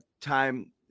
time